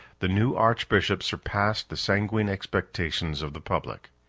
the new archbishop surpassed the sanguine expectations of the public.